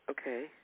Okay